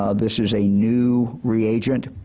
ah this is a new reagent